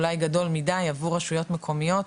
אולי גדול מידי עבור רשויות מקומיות,